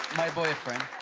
my boyfriend.